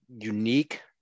unique